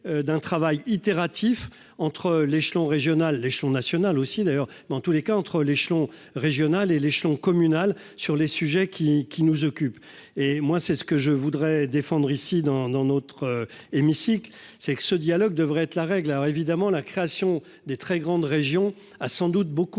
d'un travail itératif entre l'échelon régional l'échelon national aussi d'ailleurs dans tous les cas entre l'échelon régional et l'échelon communal sur les sujets qui qui nous occupe et moi c'est ce que je voudrais défendre ici dans, dans notre hémicycle c'est que ce dialogue devrait être la règle. Alors évidemment la création des très grandes régions a sans doute beaucoup